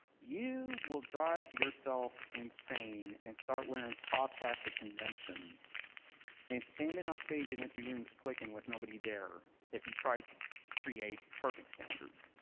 you will drive yourself insane and start wearing top hats at conventions and standing on stage in empty rooms clicking with nobody there if you try to create perfect standards.